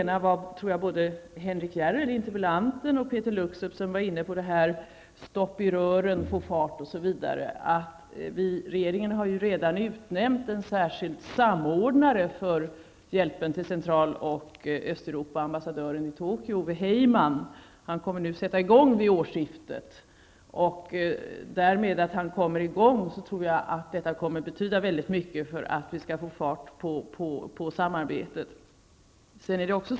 Jag tror att både interpellanten Henrik S Järrel och Peeter Luksep talade om att det var stopp i rören, att det skulle bli fart, osv. Regeringen har redan utnämnt en särskild samordnare för hjälpen till Central och Heyman. Han kommer att påbörja detta arbete vid årsskiftet. Och i och med att han kommer i gång tror jag att detta kommer att betyda väldigt mycket för att vi skall få fart på samarbetet.